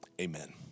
Amen